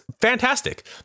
fantastic